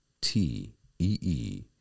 t-e-e